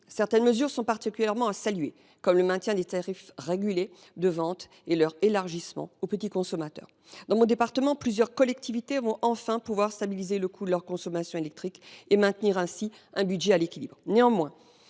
Certaines mesures sont particulièrement à saluer, comme le maintien des tarifs régulés de vente et leur élargissement aux petits consommateurs. Dans mon département, plusieurs collectivités vont enfin pouvoir stabiliser le coût de leur consommation électrique et maintenir ainsi un budget à l’équilibre.